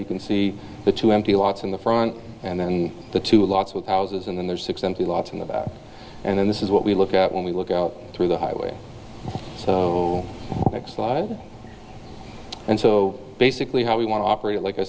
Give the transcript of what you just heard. you can see the two empty lots in the front and then the two lots of houses and then there's six empty lots in the back and then this is what we look at when we look out through the highway so excited and so basically how we want to operate like i